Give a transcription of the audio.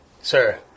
sir